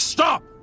Stop